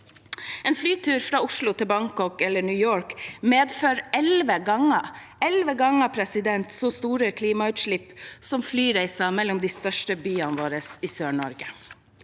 En flytur fra Oslo til Bangkok eller New York medfører elleve ganger så store klimautslipp som flyreiser mellom de største byene våre i Sør-Norge.